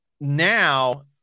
now